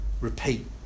repeat